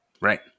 Right